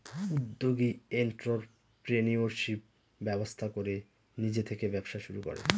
উদ্যোগী এন্ট্ররপ্রেনিউরশিপ ব্যবস্থা করে নিজে থেকে ব্যবসা শুরু করে